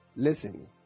Listen